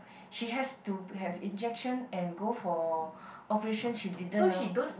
she has to have injection and go for operation she didn't you know